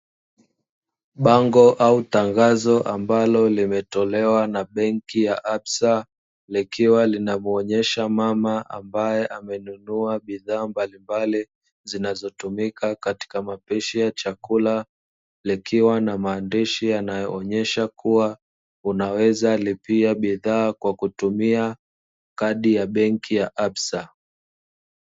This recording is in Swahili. Bango au tangazo ambalo limetolea na benki ya absa, likiwa linamuonyesha mama ambae amenunua bidhaa mbalimbali zinazotumika katika mapishi ya chakula, likiwa na maandishi yanayoonyesha kuwa unaweza lipia bidhaa kwa kutumia kadi ya benki ya "absa."